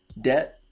debt